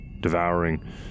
devouring